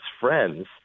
friends